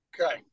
Okay